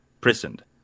prisoned